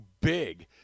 big